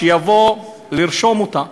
שיבוא לרשום אותה.